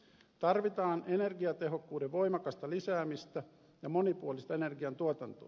tarvitaan energiatehokkuuden voimakasta lisäämistä ja monipuolista energiantuotantoa